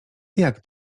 jak